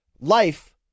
life